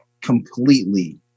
completely